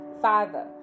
father